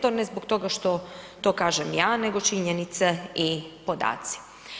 To, ne zbog toga što to kažem ja, nego činjenice i podaci.